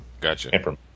Gotcha